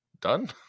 done